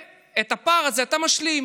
ואת הפער הזה אתה משלים.